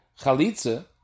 chalitza